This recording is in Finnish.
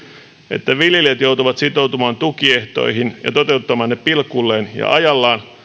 että viljelijät joutuvat sitoutumaan tukiehtoihin ja toteuttamaan ne pilkulleen ja ajallaan